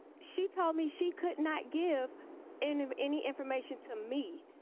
she told me she could not give and um any information to me,